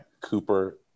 Cooper